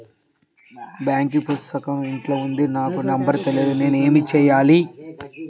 Bank పుస్తకం ఇంట్లో ఉంది నాకు నంబర్ తెలియదు నేను ఏమి చెయ్యాలి?